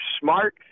smart